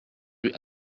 rue